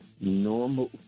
normal